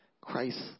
Christ